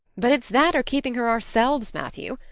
but it's that or keeping her ourselves, matthew.